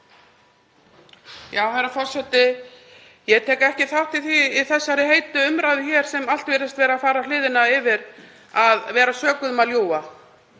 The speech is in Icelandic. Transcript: Herra forseti. Ég tek ekki þátt í því í þessari heitu umræðu hér, sem allt virðist vera að fara á hliðina yfir, að vera sökuð um að ljúga.